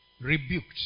rebuked